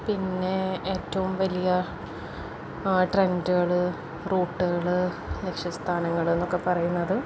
പിന്നെ ഏറ്റവും വലിയ ട്രെൻഡുകള് റൂട്ടുകള് ലക്ഷ്യസ്ഥാനങ്ങള് എന്നൊക്കെ പറയുന്നത്